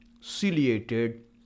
ciliated